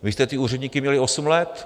Vy jste ty úředníky měli osm let.